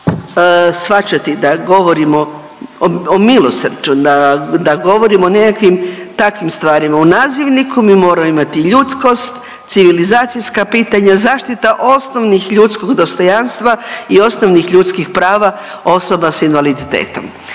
shvaćati da govorimo o milosrđu, da govorimo o nekakvim takvim stvarima. U nazivniku mi moramo imati ljudskost, civilizacijska pitanja, zaštita osnovnih ljudskog dostojanstva i osnovnih ljudskih prava osoba s invaliditetom.